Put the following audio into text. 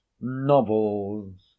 novels